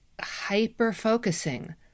hyper-focusing